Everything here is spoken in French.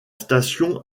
station